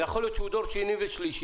יכול להיות שהוא דור שני ושלישי,